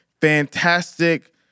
fantastic